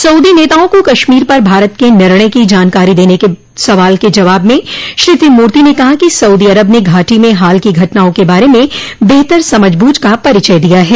Saudi नेताओं को कश्मीर पर भारत के निर्णय की जानकारी देने के बारे में सवाल के जवाब में श्री तिरुमूर्ति ने कहा कि सऊदी अरब ने घाटी में हाल की घटनाओं के बारे में बेहतर समझबूझ का परिचय दिया है